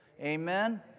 Amen